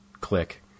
click